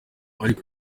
ariko